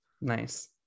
nice